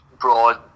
broad